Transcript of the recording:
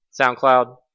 SoundCloud